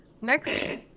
Next